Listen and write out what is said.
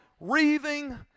wreathing